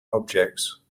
objects